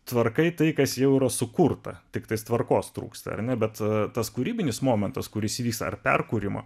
tvarkai tai kas jau yra sukurta tiktais tvarkos trūksta ar ne bet tas kūrybinis momentas kuris įvyks ar perkūrimo